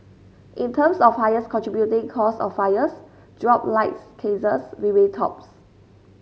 in terms of highest contributing cause of fires dropped light cases remained tops